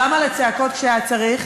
גם על הצעקות כשהיה צריך.